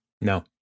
No